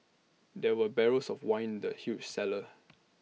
there were barrels of wine in the huge cellar